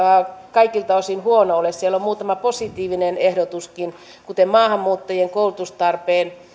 kaikilta osin huono ole siellä on muutama positiivinen ehdotuskin kuten maahanmuuttajien koulutustarpeen